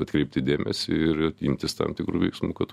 atkreipti dėmesį ir ir imtis tam tikrų veiksmų kad